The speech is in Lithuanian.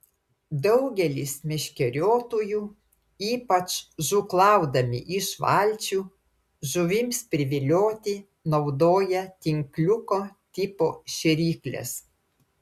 daugelis meškeriotojų ypač žūklaudami iš valčių žuvims privilioti naudoja tinkliuko tipo šėrykles